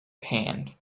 panned